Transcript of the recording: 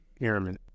airmen